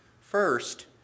First